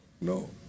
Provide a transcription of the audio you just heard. No